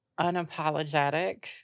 unapologetic